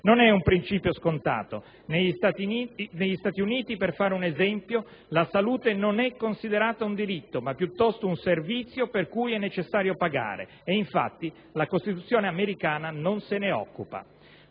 Non è un principio scontato: negli Stati Uniti, per fare un esempio, la salute non è considerata un diritto, ma piuttosto un servizio per cui è necessario pagare e, infatti, la Costituzione americana non se ne occupa.